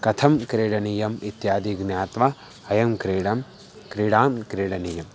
कथं क्रीडनीयम् इत्यादि ज्ञात्वा अयं क्रीडां क्रीडां क्रीडनीयम्